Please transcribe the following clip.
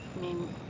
mean,